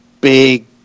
big